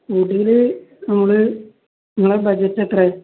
കൂട്ടീല് നമ്മള് നിങ്ങളെ ബജറ്റ് എത്രയാ